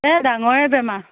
এই ডাঙৰে বেমাৰ